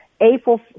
April